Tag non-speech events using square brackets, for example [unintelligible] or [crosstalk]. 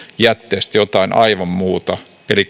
jätteestä jotain aivan muuta eli [unintelligible]